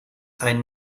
ein